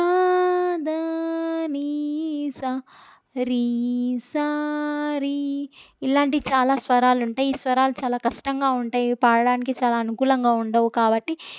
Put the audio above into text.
పాదానీసా రీసారీ ఇలాంటి చాలా స్వరాలు ఉంటాయి ఈ స్వరాలు చాలా కష్టంగా ఉంటాయి ఇవి పాడడానికి చాలా అనుకూలంగా ఉండవు కాబట్టి